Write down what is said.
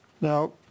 Now